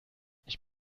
ich